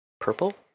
Purple